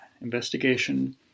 investigation